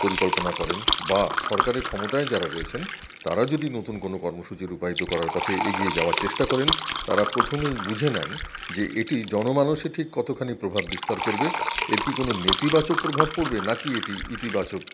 পরিকল্পনা করেন বা সরকারে ক্ষমতায় যারা রয়েছেন তারা যদি নতুন কোনো কর্মসূচি রূপায়িত করার পথে এগিয়ে যাওয়ার চেষ্টা করেন তারা প্রথমেই বুঝে নেন যে এটি জনমানসে ঠিক কতখানি প্রভাব বিস্তার করবে এর কি কোনো নেতিবাচক প্রভাব পড়বে নাকি এটি ইতিবাচক